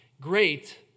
great